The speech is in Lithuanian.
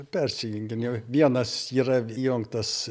persijunginėju vienas yra įjungtas